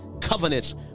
covenants